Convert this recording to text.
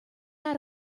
out